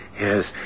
Yes